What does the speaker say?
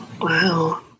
Wow